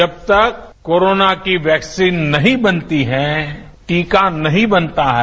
जब तक कोरोना की वैक्सीन नहीं बनती है टीका नहीं बनता है